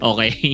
Okay